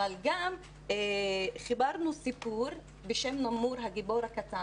אבל גם חיברנו סיפור בשם 'נמור הגיבור הקטן',